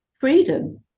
freedom